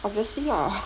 obviously ah